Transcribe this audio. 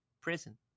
prison